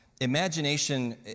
imagination